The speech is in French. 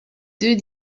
deux